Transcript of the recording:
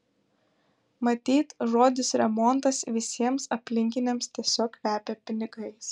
matyt žodis remontas visiems aplinkiniams tiesiog kvepia pinigais